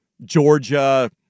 Georgia